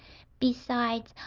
besides,